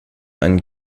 einen